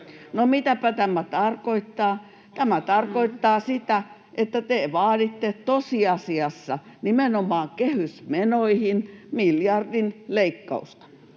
mitäpä tämä tarkoittaa? Tämä tarkoittaa, että te vaaditte tosiasiassa nimenomaan kehysmenoihin miljardin leikkausta.